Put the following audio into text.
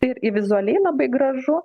ir vizualiai labai gražu